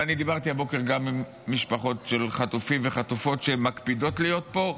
ואני דיברתי הבוקר גם עם משפחות של חטופים וחטופות שמקפידות להיות פה,